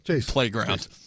playground